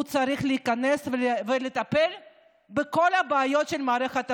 הוא צריך להיכנס ולטפל בכל הבעיות של מערכת הבריאות.